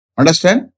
Understand